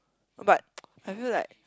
but I feel like